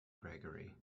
gregory